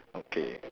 okay